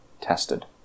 tested